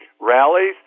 rallies